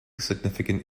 significant